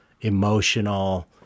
emotional